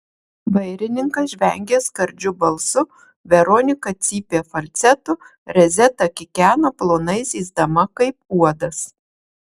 vairininkas žvengė skardžiu balsu veronika cypė falcetu rezeta kikeno plonai zyzdama kaip uodas